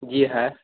जी है